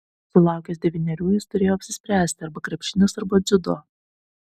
sulaukęs devynerių jis turėjo apsispręsti arba krepšinis arba dziudo